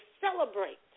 celebrate